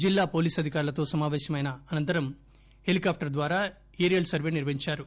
జిల్లా పోలీస్ అధికారులతో సమాపేశం అయిన అనంతరం హెలికాప్టర్ ద్వారా ఏరియల్ సర్వే నిర్వహించారు